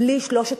בלי שלושת